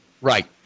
Right